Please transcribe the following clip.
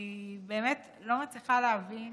אני באמת לא מצליחה להבין